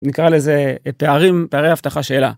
נקרא לזה פערים פערי הבטחה שאלה.